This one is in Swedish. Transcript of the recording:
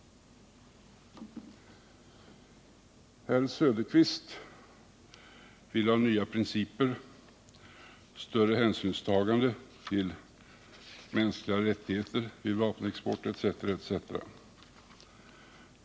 Herr Söderqvist vill ha nya principer, större hänsynstagande till mänskliga rättigheter vid vapenexport etc.